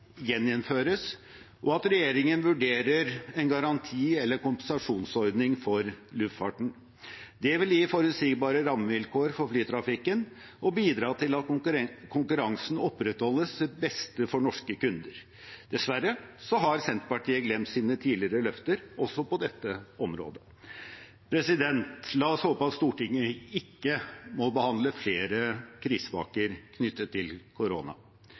gjeninnføres, og at regjeringen vurderer en garanti- eller kompensasjonsordning for luftfarten. Det vil gi forutsigbare rammevilkår for flytrafikken og bidra til at konkurransen opprettholdes til beste for norske kunder. Dessverre har Senterpartiet glemt sine tidligere løfter også på dette området. La oss håpe at Stortinget ikke må behandle flere krisepakker knyttet til korona,